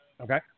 Okay